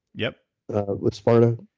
yup with spartan.